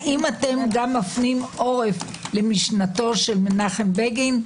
האם אתם גם מפנים עורף למשנתו של מנחם בגין?